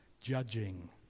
judging